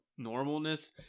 normalness